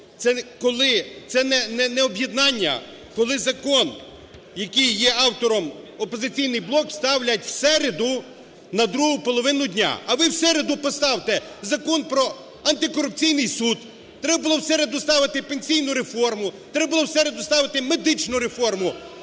Це не об'єднання, коли закон, який є автором "Опозиційний блок", ставлять в середу на другу половину дня. А ви в середу поставте Закон про антикорупційний суд. Треба було в середу ставити пенсійну реформу. Треба було в середу ставити медичну реформу.